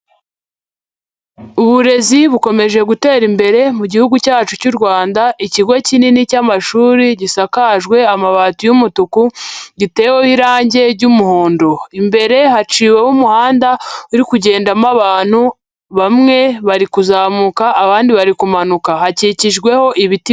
Uburezi bukomeje gutera imbere mu gihugu cyacu cy'u Rwanda, ikigo kinini cy'amashuri gisakajwe amabati y'umutuku giteweho irange ry'umuhondo, imbere haciweho umuhanda uri kugendamo abantu bamwe bari kuzamuka, abandi bari kumanuka hakikijweho ibiti.